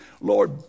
Lord